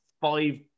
five